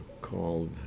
called